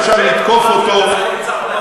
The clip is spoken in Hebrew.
אפשר לתקוף אותו,